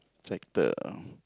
check the uh